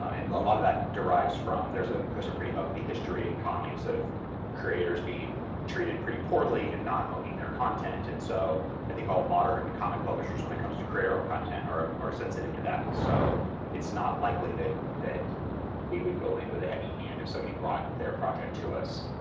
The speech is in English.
um and a lot of that derives from, there's ah there's a pretty ugly history in comics of creators being treated pretty poorly, and not owning their content. and so i think all modern comic publishers, when it comes to creator-owned content, are are sensitive to that, and so it's not likely that that we would go in with a heavy hand if somebody brought their project to us.